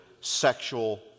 sexual